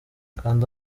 kanda